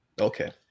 Okay